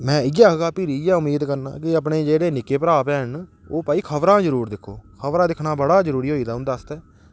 ते में इयै आक्खगा भिरी कि अपने जेह्के निक्के भैन भ्राऽ न ओह् भई खबरां जरूर दिक्खो खबरां दिक्खना बड़ा जरूरी होई गेदा दिक्खना उंदे आस्तै